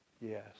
yes